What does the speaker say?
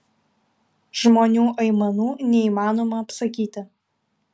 žmonių aimanų neįmanoma apsakyti